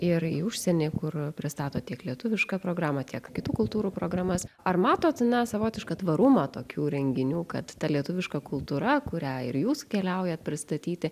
ir į užsienį kur pristato tiek lietuvišką programą tiek kitų kultūrų programas ar matot na savotišką tvarumą tokių renginių kad ta lietuviška kultūra kurią ir jūs keliaujat pristatyti